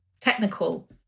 technical